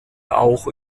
auch